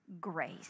grace